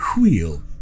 wheel